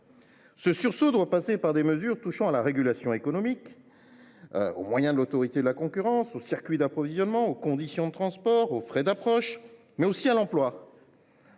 Ce sursaut doit passer par des mesures touchant à la régulation économique, aux moyens de l’Autorité de la concurrence, aux circuits d’approvisionnement, aux conditions de transport, aux frais d’approche, mais aussi à l’emploi,